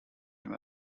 him